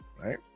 right